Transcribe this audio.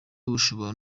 bushobora